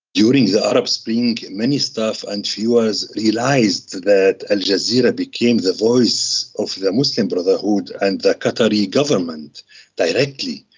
during the arab spring, many staff and viewers realised that al jazeera became the voice of the muslim brotherhood and the qatari government directly.